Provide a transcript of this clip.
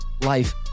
life